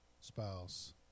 spouse